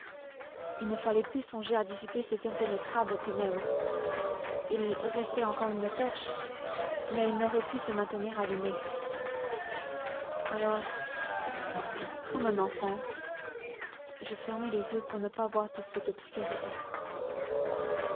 il ne fallait plus songer à dissiper ces impénétrables ténèbres il restait encore une torche mais elle n'aurait pu se maintenir allumée alors comme un enfant je fermai les yeux pour ne pas voir toute cette obscurité